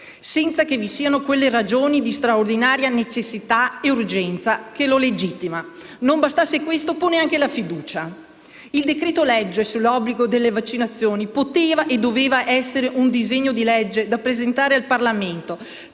senza che vi siano quei presupposti di straordinaria necessità e urgenza che lo legittimano. Non bastasse questo, pone anche la fiducia. Il provvedimento sull'obbligo delle vaccinazioni poteva e doveva essere un disegno di legge da presentare al Parlamento